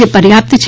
જે પર્યાપ્ત છે